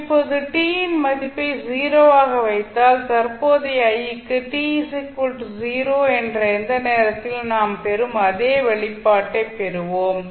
இப்போது t இன் மதிப்பை 0 ஆக வைத்தால் தற்போதைய i க்கு t 0 என்ற எந்த நேரத்திலும் நாம் பெறும் அதே வெளிப்பாட்டை பெறுவோம்